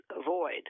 avoid